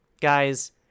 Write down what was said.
guys